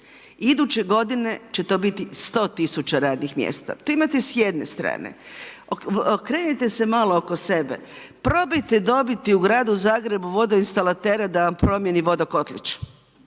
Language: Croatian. Iduće godine će to biti 100 000 radnih mjesta. Tu imate s jedne strane, okrenute se malo oko sebe. Probajte dobiti u gradu Zagrebu vodoinstalatera da vam promijeni vodokotlić